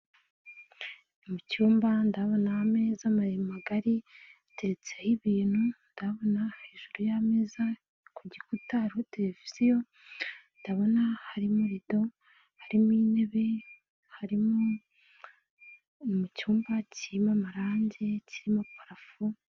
MU cyumba ndabona ameza mare magari ateretseho ibintu, ndabona hejuru y'ameza ku gikuta hariho televiziyo, ndabona harimo rido, harimo intebe, harimo mu cyumba kirimo amarangi kirimo parafu.